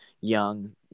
young